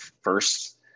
first